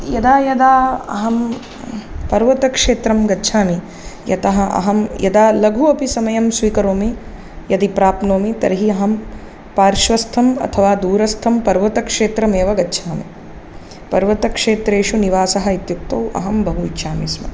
यदा यदा अहं पर्वतक्षेत्रं गच्छामि यतः अहं यदा लघु अपि समयं स्वीकरोमि यदि प्राप्नोमि तर्हि अहं पार्श्वस्थम् अथवा दूरस्थं पर्वतक्षेत्रमेव गच्छामि पर्वतक्षेत्रेषु निवासः उत्युक्तौ अहं बहु इच्छामि स्म